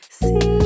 see